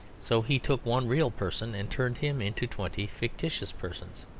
so he took one real person and turned him into twenty fictitious persons.